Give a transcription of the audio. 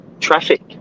traffic